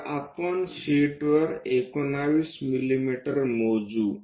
तर आपण शीटवर 19 मिमी मोजू